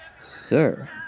Sir